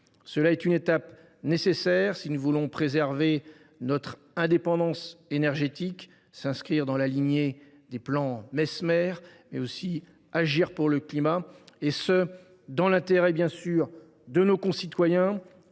C’est une étape nécessaire si nous voulons préserver notre indépendance énergétique, nous inscrire dans la lignée des plans Messmer, tout en agissant pour le climat, et ce dans l’intérêt bien sûr de nos concitoyens,